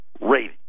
rating